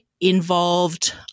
involved